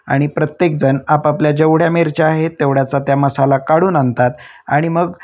आणि प्रत्येकजण आपापल्या जेवढ्या मिरच्या आहेत तेवढ्याचा त्या मसाला काढून आणतात आणि मग